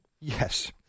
Yes